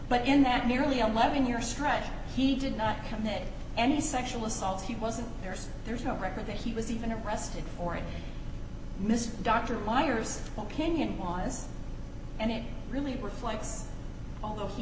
but in that nearly eleven year stretch he did not commit any sexual assault he wasn't there so there's no record that he was even arrested for it mr dr myers opinion wise and it really reflects although he